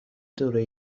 دوره